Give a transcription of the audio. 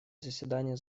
заседание